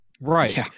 Right